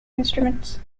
instruments